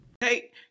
Hey